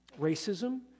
racism